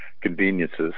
conveniences